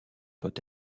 doit